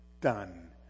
done